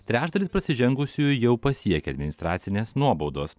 trečdalis prasižengusiųjų jau pasiekė administracinės nuobaudos